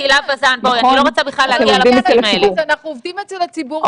אנחנו עובדים אצל הציבור,